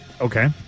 Okay